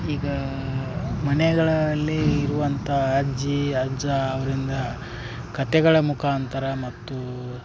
ಈಗ ಮನೆಗಳಲ್ಲಿ ಇರುವಂಥ ಅಜ್ಜಿ ಅಜ್ಜ ಅವರಿಂದ ಕತೆಗಳ ಮುಖಾಂತರ ಮತ್ತು